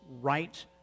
right